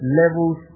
levels